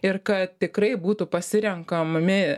ir kad tikrai būtų pasirenkami